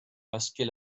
masquer